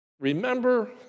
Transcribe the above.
Remember